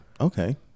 okay